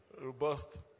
robust